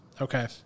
Okay